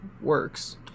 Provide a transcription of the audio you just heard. works